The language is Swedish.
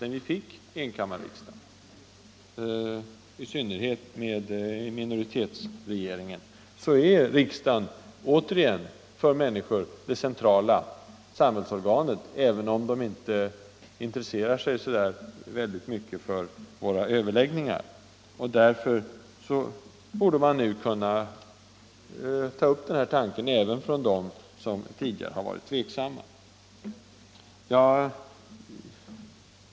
Sedan vi fått enkammarriksdag, i synnerhet med minoritetsregering, är riksdagen åter för människorna det centrala samhällsorganet, även om de inte intresserar sig särskilt mycket för våra överläggningar. Därför borde vi nu kunna ta upp den här tanken — även de som tidigare varit tveksamma.